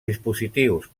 dispositius